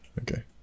Okay